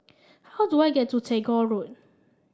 how do I get to Tagore Road